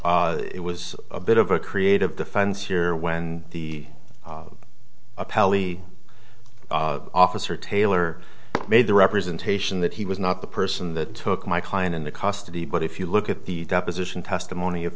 it was a bit of a creative defense here when the appellee officer tailor made the representation that he was not the person that took my client in the custody but if you look at the deposition testimony of